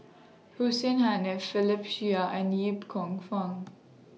Hussein Haniff Philip Chia and Yip Kong Fun